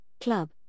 Club